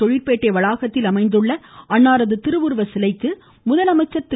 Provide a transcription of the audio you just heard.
தொழிற்பேட்டை வளாகத்தில் அமைந்துள்ள அவரது திருவுருவ சிலைக்கு நாளை முதலமைச்சர் திரு